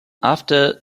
after